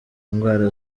indwara